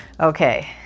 Okay